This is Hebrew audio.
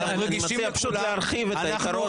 אני מציע להרחיב את העיקרון.